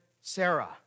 Sarah